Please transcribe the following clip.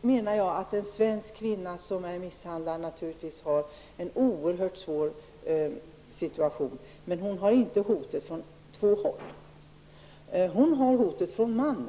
menar jag att en svensk kvinna som har blivit misshandlad naturligtvis befinner sig i en mycket svår situation, men hon har inte hotet från två håll. Hon hotas av mannen.